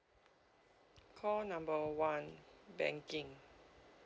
call number one banking